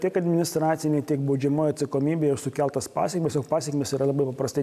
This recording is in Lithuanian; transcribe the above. tiek administracinė tiek baudžiamoji atsakomybė jos sukeltas pasekmes o pasekmės yra labai paprastai